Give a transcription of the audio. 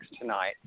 tonight